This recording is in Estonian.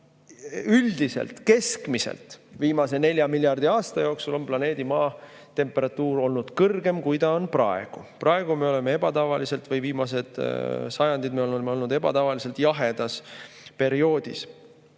Üldiselt, keskmiselt viimase nelja miljardi aasta jooksul on planeedi Maa temperatuur olnud kõrgem, kui ta on praegu. Viimased sajandid me oleme olnud ebatavaliselt jahedas perioodis.